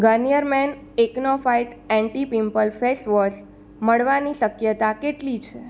Garnier men Acno fight anti pimple facewash મળવાની શક્યતા કેટલી છે